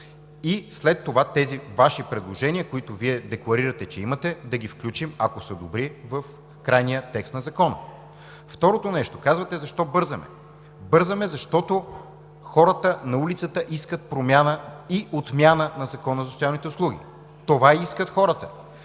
и след това тези Ваши предложения, които Вие декларирате, че имате, да ги включим, ако са добри, в крайния текст на Закона. Второто нещо, казвате: защо бързаме? Бързаме, защото хората на улицата искат промяна и отмяна на Закона